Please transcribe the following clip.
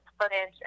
footage